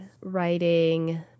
writing